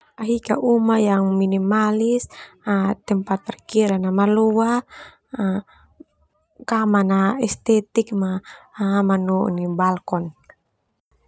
Uma minimalis tempat parkiran maloa kama na estetik manu balkon.